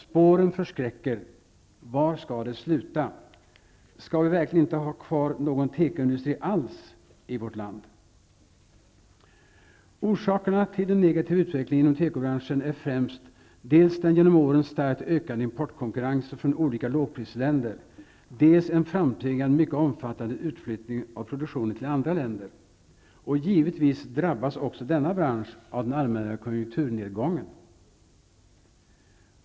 Spåren förskräcker -- var skall det sluta? Skall vi verkligen inte har kvar någon tekoindustri alls i vårt land. Orsakerna till den negativa utvecklingen inom tekobranschen är främst dels den genom åren starkt ökande importkonkurrensen från olika lågprisländer, dels en framtvingad mycket omfattande utflyttning av produktionen till andra länder. Givetvis drabbas också denna bransch av den allmänna lågkonjunkturen.